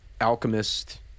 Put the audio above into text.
alchemist